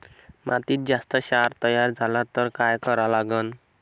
मातीत जास्त क्षार तयार झाला तर काय करा लागन?